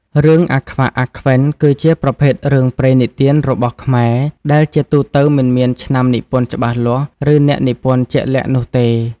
រឿង អាខ្វាក់ អាខ្វិន គឺជាប្រភេទរឿងព្រេងនិទានរបស់ខ្មែរ ដែលជាទូទៅមិនមានឆ្នាំនិពន្ធច្បាស់លាស់ ឬអ្នកនិពន្ធជាក់លាក់នោះទេ។